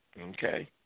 Okay